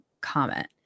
comment